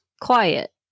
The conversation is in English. quiet